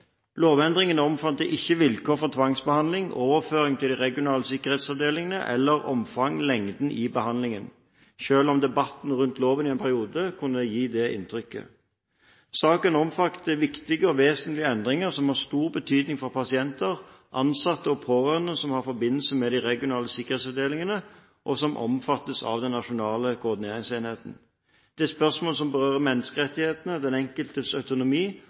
Lovendringene omfatter ikke vilkår for tvangsbehandling, overføring til de regionale sikkerhetsavdelingene eller omfanget/lengden på behandlingen, selv om debatten rundt loven i en periode kunne gi det inntrykket. Saken omfatter viktige og vesentlige endringer som har stor betydning for pasienter, ansatte og pårørende som har forbindelse med de regionale sikkerhetsavdelingene, og som omfattes av den nasjonale koordineringsenheten. Det er spørsmål som berører menneskerettighetene, den enkeltes autonomi